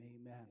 Amen